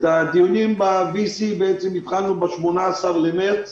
את הדיונים ב-וי-סי התחלנו ב-18 במרץ